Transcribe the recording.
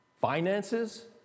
Finances